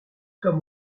comme